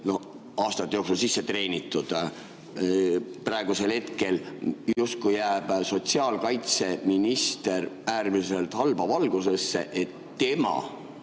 aastate jooksul sisse treenitud. Praegusel hetkel justkui jääb sotsiaalkaitseminister äärmiselt halba valgusesse, et tema